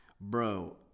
Bro